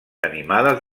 animades